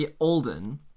Alden